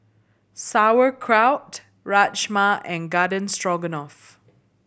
Sauerkraut Rajma and Garden Stroganoff